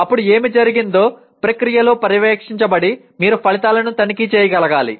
అప్పుడు ఏమి జరిగిందో ప్రక్రియలో పర్యవేక్షించబడి మీరు ఫలితాలను తనిఖీ చేయగలగాలి